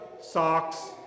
socks